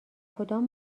کدام